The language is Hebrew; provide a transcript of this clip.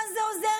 מה זה עוזר,